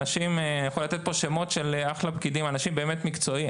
אני יכול לתת שמות של פקידים, אנשים מקצועיים.